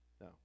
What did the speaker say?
no